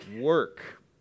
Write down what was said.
work